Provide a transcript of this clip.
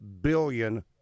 billion